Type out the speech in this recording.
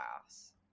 class